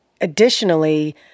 additionally